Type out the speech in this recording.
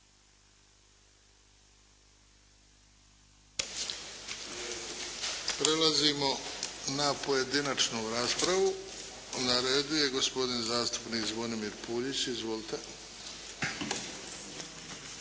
Prelazimo na pojedinačnu raspravu. Na redu je gospodin zastupnik Zvonimir Puljić. Izvolite.